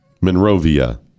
Monrovia